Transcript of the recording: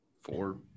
four